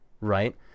right